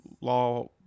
law